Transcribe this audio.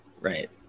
right